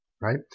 right